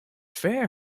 fair